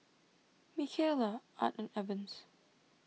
Mikaela Art and Evans